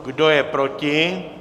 Kdo je proti?